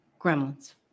Gremlins